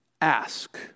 ask